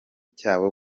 cyabo